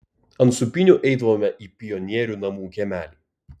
ant sūpynių eidavome į pionierių namų kiemelį